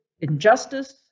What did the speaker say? injustice